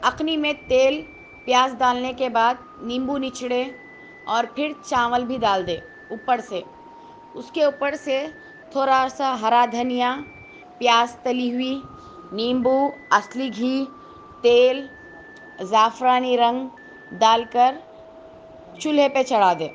یخنی میں تیل پیاز ڈالنے کے بعد نیمبو نچوڑے اور پھر چاول بھی ڈال دیں اوپر سے اس کے اوپر سے تھورا سا ہرا دھنیا پیاز تلی ہوئی نیمبو اصلی گھی تیل زعفرانی رنگ ڈال کر چولہے پہ چڑھا دیں